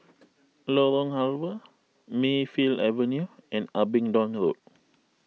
Lorong Halwa Mayfield Avenue and Abingdon Road